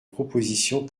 propositions